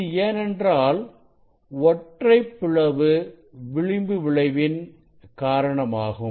இது ஏனென்றால் ஒற்றைப் பிளவு விளிம்பு விளைவின் காரணமாகும்